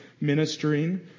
ministering